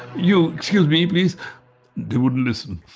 you excuse me please they wouldn't listen.